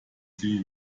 sie